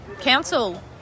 council